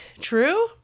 true